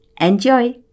Enjoy